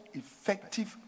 effective